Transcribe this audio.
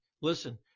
listen